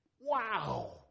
wow